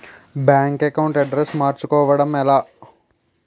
Bank account address మార్చుకోవడం ఎలా?